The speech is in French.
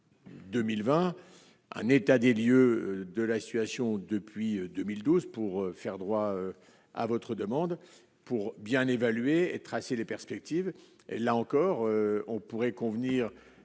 2020, un état des lieux de la situation depuis 2012 pour faire droit à votre demande, pour bien évaluer et tracer les perspectives, là encore on pourrait convenir